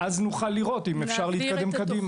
ואז נוכל לראות אם אפשר להתקדם קדימה.